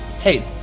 Hey